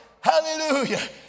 Hallelujah